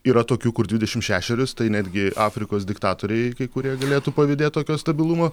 yra tokių kur dvidešim šešerius tai netgi afrikos diktatoriai kai kurie galėtų pavydėt tokio stabilumo